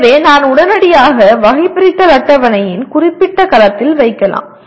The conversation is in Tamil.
எனவே நான் உடனடியாக வகைபிரித்தல் அட்டவணையின் குறிப்பிட்ட கலத்தில் வைக்கலாம்